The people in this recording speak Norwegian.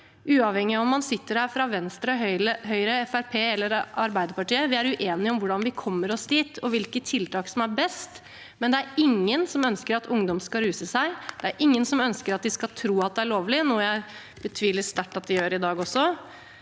uavhengig av om man sitter her fra Venstre, Høyre, Fremskrittspartiet eller Arbeiderpartiet. Vi er uenige om hvordan vi kommer oss dit, og hvilke tiltak som er best, men det er ingen som ønsker at ungdom skal ruse seg. Det er ingen som ønsker at de skal tro at det er lovlig, noe jeg betviler sterkt at de gjør i dag.